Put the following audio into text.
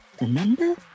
Remember